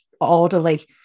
orderly